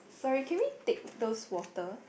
sorry can we take those water